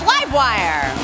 Livewire